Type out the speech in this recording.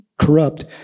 corrupt